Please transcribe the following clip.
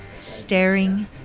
staring